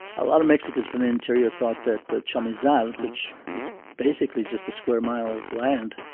a lot of mexicans from the interior thought that the chamizal, which was basically just a square mile of land,